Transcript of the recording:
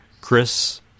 Chris